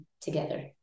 together